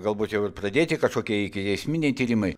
galbūt jau ir pradėti kažkokie ikiteisminiai tyrimai